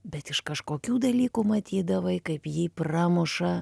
bet iš kažkokių dalykų matydavai kaip jį pramuša